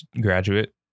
graduate